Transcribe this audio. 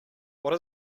what